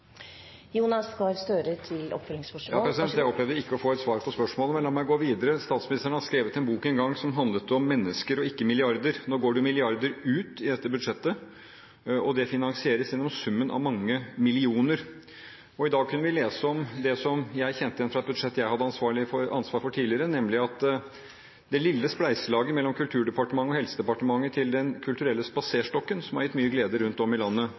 Jeg opplevde ikke at jeg fikk svar på spørsmålet, men la meg gå videre. Statsministeren har skrevet en bok en gang som handlet om mennesker og ikke milliarder. Nå går det milliarder ut av dette budsjettet, og det finansieres gjennom summen av mange millioner. I dag kunne vi lese om det som jeg kjente igjen fra et budsjett jeg hadde ansvar for tidligere, nemlig at det lille spleiselaget mellom Kulturdepartementet og Helsedepartementet til Den kulturelle spaserstokken, som har gitt mye glede rundt om i landet,